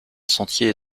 sentier